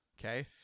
okay